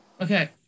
Okay